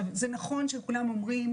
נכון שכולם אומרים: